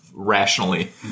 rationally